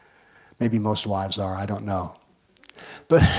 maybe most wives are, i don't know but